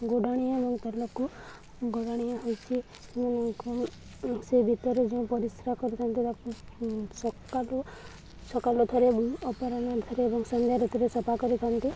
ଗଡ଼ାଣିଆ ଏବଂ ତେଲକୁ ଗଡ଼ାଣିଆ ହେଉଛି ସେ ଭିତରେ ଯେଉଁ ପରିଶ୍ରା କରିଥାନ୍ତି ତାକୁ ସକାଲୁ ସକାଲୁ ଥରେ ଅପରାହ୍ନରେ ଥରେ ଏବଂ ସନ୍ଧ୍ୟାରେ ଥରେ ସଫା କରିଥାନ୍ତି